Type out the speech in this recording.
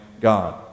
god